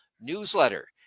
newsletter